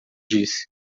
disse